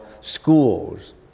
schools